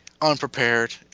unprepared